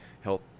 Health